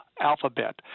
Alphabet